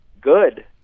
good